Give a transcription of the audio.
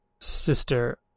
sister